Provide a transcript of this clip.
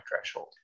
threshold